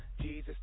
Jesus